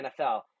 NFL